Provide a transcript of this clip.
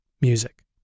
music